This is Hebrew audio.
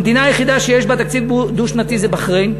המדינה היחידה שיש בה תקציב דו-שנתי זאת בחריין.